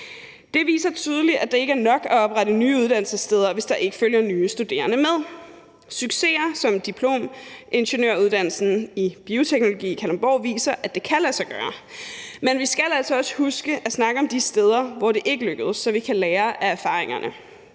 Det viser tydeligt, at det ikke er nok at oprette nye uddannelsessteder, hvis der ikke følger nye studerende med. Succeser som diplomingeniøruddannelsen i bioteknologi i Kalundborg viser, at det kan lade sig gøre, men vi skal altså også huske at snakke om de steder, hvor det ikke lykkedes, så vi kan lære af erfaringerne.